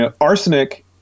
arsenic